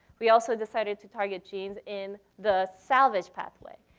we also decided to target genes in the salvage pathway,